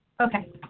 Okay